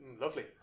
Lovely